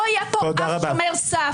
לא יהיה פה אף שומר סף.